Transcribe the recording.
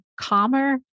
calmer